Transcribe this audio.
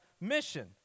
mission